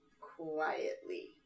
quietly